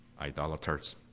idolaters